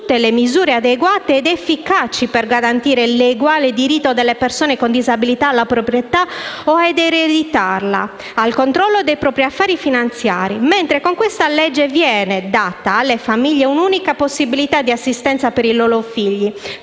tutte le misure appropriate ed efficaci per assicurare l'uguale diritto delle persone con disabilità alla propria o ereditata proprietà, al controllo dei propri affari finanziari». Mentre con questo provvedimento viene data alle famiglie un'unica possibilità di assistenza per i loro figli